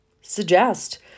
Suggest